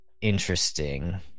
interesting